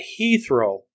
Heathrow